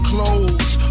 Clothes